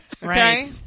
Right